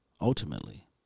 ultimately